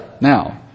now